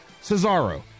Cesaro